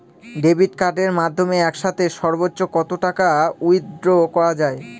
Debit কার্ডের মাধ্যমে একসাথে সর্ব্বোচ্চ কত টাকা উইথড্র করা য়ায়?